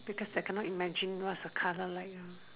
because they cannot imagine what's a colour like ah